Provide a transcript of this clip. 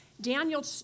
Daniel